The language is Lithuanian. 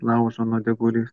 laužo nuodėgulį